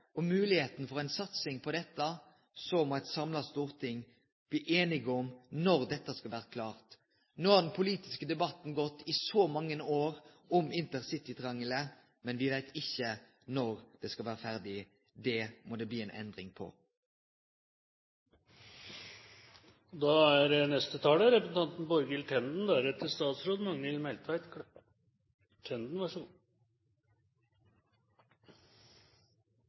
og moglegheita for ei satsing på dette må eit samla storting bli einige om når dette skal vere klart. No har den politiske debatten gått i så mange år om intercitytriangelet, men me veit ikkje når det skal vere ferdig. Det må det bli ei endring